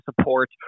support